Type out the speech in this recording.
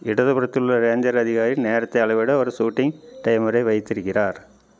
இடதுபுறத்தில் உள்ள ரேஞ்சர் அதிகாரி நேரத்தை அளவிட ஒரு ஷூட்டிங் டைமரை வைத்திருக்கிறார்